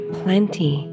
plenty